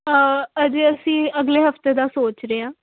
ਅਜੇ ਅਸੀਂ ਅਗਲੇ ਹਫ਼ਤੇ ਦਾ ਸੋਚ ਰਹੇ ਹਾਂ